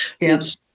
Yes